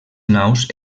naus